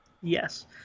Yes